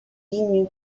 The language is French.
linux